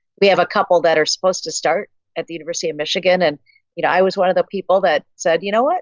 we have a couple that are supposed to start at the university of michigan and you know i was one of the people that said you know what,